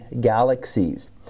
galaxies